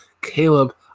Caleb